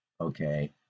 okay